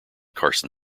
carson